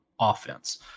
offense